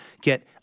get